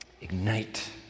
ignite